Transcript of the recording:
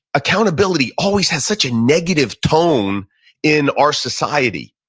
accountability always has such a negative tone in our society.